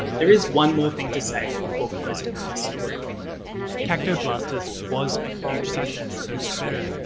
there is one more thing to say before closing out this story cactoblastis was a huge success in australia,